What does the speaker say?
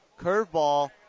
curveball